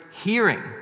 hearing